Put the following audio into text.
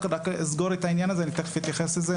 רק אסגור את העניין הזה ותכף אתייחס לזה,